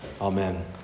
Amen